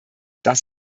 das